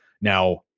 now